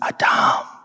Adam